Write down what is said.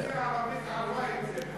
היום האוכלוסייה הערבית כבר עברה את זה.